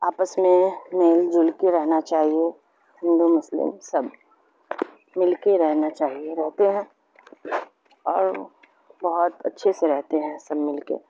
آپس میں مل جل کے رہنا چاہیے ہندو مسلم سب مل کے رہنا چاہیے رہتے ہیں اور بہت اچھے سے رہتے ہیں سب مل کے